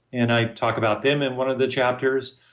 and i talk about them in one of the chapters.